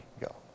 go